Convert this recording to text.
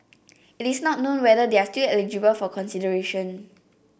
it's not known whether they are still eligible for consideration